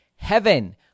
heaven